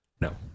No